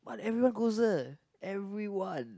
but everyone goes there everyone